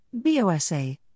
BOSA